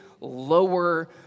lower